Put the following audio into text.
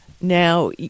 Now